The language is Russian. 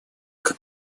как